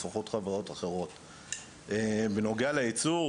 בנוגע לייצור